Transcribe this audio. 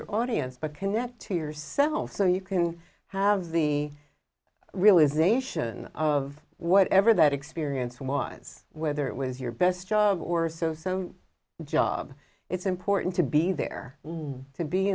your audience but connect to yourself so you can have the realisation of whatever that experience was whether it was your best or so so job it's important to be there to be